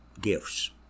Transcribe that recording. gifts